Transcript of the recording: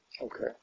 Okay